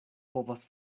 povas